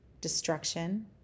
destruction